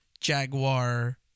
Jaguar